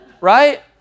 right